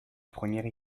première